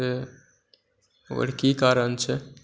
से ओकर की कारण छै